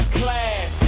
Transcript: class